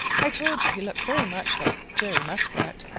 i told you he looked very much like jerry muskrat,